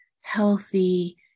healthy